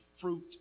fruit